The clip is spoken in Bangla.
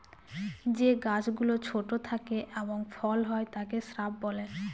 যে গাছ গুলো ছোট থাকে এবং ফল হয় তাকে শ্রাব বলে